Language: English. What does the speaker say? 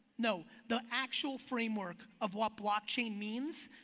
no, the actual framework of what blockchain means.